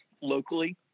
locally